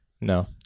No